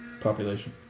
population